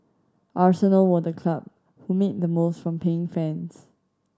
Arsenal were the club who made the most from paying fans